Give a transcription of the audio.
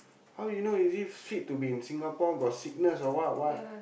how you know is it fit to be in Singapore got sickness or what what